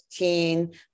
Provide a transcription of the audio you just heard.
15